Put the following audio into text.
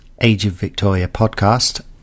ageofvictoriapodcast